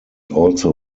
also